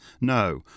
no